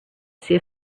see